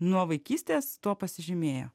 nuo vaikystės tuo pasižymėjo